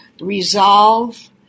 resolve